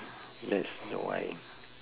let's